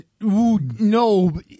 No